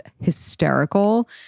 hysterical